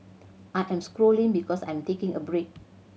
I am scrolling because I am taking a break